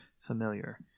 familiar